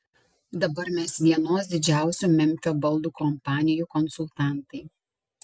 dabar mes vienos didžiausių memfio baldų kompanijų konsultantai